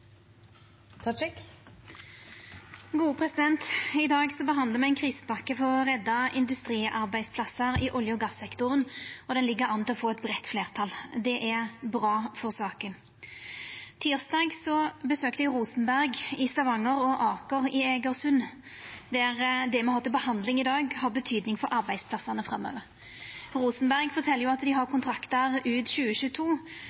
I dag behandlar me ei krisepakke for å redda industriarbeidsplassar i olje- og gassektoren, og det ligg an til å få eit breitt fleirtal. Det er bra for saka. På tysdag besøkte eg Rosenberg i Stavanger og Aker i Eigersund, der det me har til behandling i dag, har betyding for arbeidsplassane framover. På Rosenberg fortalde dei at dei har